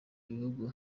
igihugu